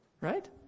Right